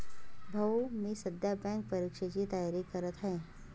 भाऊ मी सध्या बँक परीक्षेची तयारी करत आहे